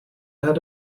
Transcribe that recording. had